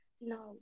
no